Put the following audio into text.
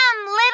little